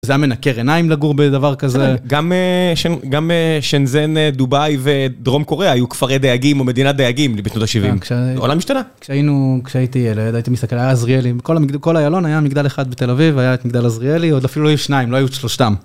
זה היה מנקר עיניים לגור בדבר כזה. גם שנזן דובאי ודרום קוריאה היו כפרי דייגים או מדינת דייגים בשנות ה-70. העולם השתנה. כשהייתי ילד, הייתי מסתכל היה עזריאלי, כל איילון היה מגדל אחד בתל אביב, היה את מגדל עזריאלי, עוד אפילו לא היו שניים, לא היו שלושתם.